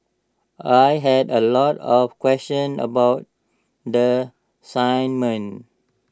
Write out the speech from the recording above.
I had A lot of questions about the assignment